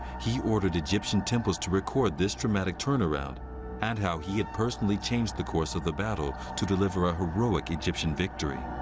he ordered egyptian temples to record this dramatic turnaround and how he had personally changed the course of the battle to deliver a heroic egyptian victory.